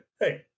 Hey